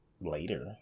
later